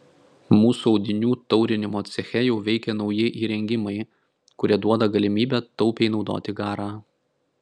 mūsų audinių taurinimo ceche jau veikia nauji įrengimai kurie duoda galimybę taupiau naudoti garą